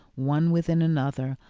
one within another,